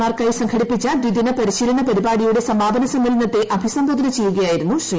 മാർക്കായി സംഘടിപ്പിച്ച ദിദിന പരിശീലന പരിപാടിയുടെ സമാപന സമ്മേളനത്തെ അഭിസംബോധന ചെയ്യുകയായിരുന്നു ശ്രീ